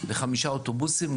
לחמישה אוטובוסים,